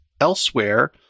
elsewhere –